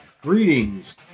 Greetings